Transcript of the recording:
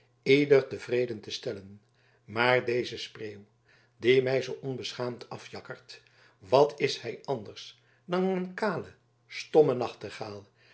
ieder tevreden te stellen maar deze spreeuw die mij zoo onbeschaamd afjakkert wat is hij anders dan een kale stomme nachtegaal